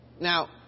Now